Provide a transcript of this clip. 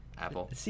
Apple